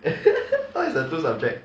what is the two subject